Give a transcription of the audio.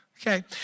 Okay